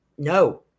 No